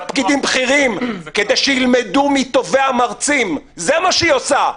לוקחת פקידים בכירים כדי שילמדו מטובי המרצים זה מה שהיא עושה.